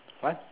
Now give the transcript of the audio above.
what